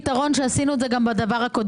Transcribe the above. יש לזה פתרון שעשינו את זה גם בדבר הקודם.